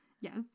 yes